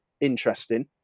interesting